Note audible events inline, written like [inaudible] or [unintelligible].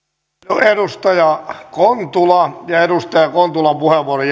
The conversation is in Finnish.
kiitoksia edustaja kontula ja edustaja kontulan puheenvuoron [unintelligible]